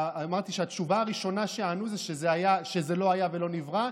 אמרתי שהתשובה הראשונה שענו היא שזה לא היה ולא נברא.